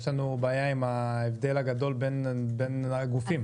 יש לנו בעיה עם ההבדל הגדול בין הגופים.